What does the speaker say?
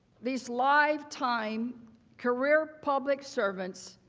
these lifetime career public servants,